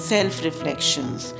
Self-reflections